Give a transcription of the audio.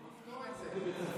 והוא יפתור את זה.